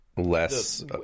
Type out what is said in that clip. less